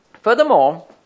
Furthermore